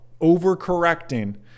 overcorrecting